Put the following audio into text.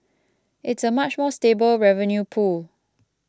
it's a much more stable revenue pool